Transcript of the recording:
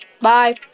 Bye